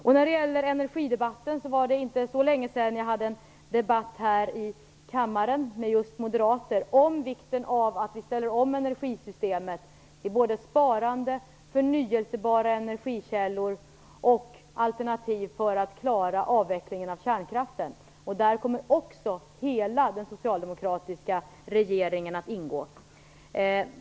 Vad energidebatten beträffar var det inte så länge sedan jag hade en debatt här i kammaren med just moderater om vikten av att vi ställer om energisystemet till både sparande, förnyelsebara energikällor och alternativ för att klara avvecklingen av kärnkraften. I det arbetet kommer också hela den socialdemokratiska regeringen att ingå.